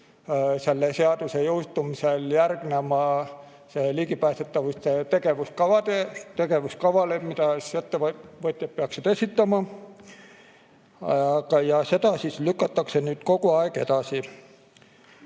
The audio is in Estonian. selle seaduse jõustumisel järgnema ligipääsetavuse tegevuskavale, mida ettevõtjad peaksid esitama. Seda lükatakse kogu aeg edasi.